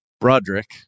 Broderick